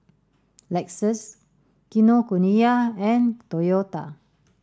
Lexus Kinokuniya and Toyota